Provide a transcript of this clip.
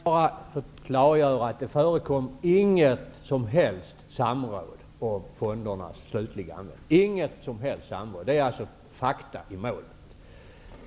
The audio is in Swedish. Herr talman! Låt mig bara klargöra att det inte förekom någon som helst samråd om fondernas slutliga användning. Detta är fakta i målet.